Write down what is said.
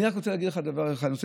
אני רק רוצה להגיד לכם דבר אחד: